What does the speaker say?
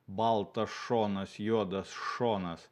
baltas šonas juodas šonas